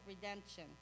redemption